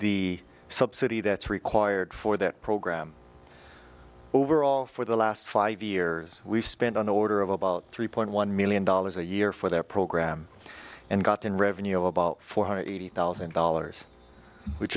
the subsidy that's required for that program overall for the last five years we've spent on the order of about three point one million dollars a year for their program and got in revenue about four hundred eighty thousand dollars which